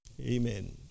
amen